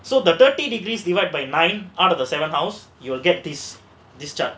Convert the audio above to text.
so the thirty degrees divide by nine out of the seven house you will get this chart